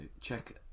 check